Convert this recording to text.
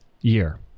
year